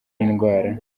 indwara